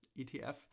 ETF